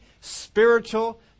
spiritual